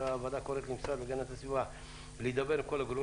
הוועדה קוראת למשרד להגנת הסביבה להידבר עם כל הגורמים